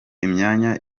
imyanya